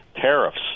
tariffs